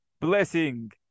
blessing